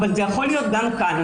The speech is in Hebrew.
אבל זה יכול להיות גם כאן.